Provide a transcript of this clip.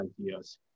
ideas